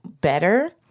better